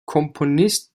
komponist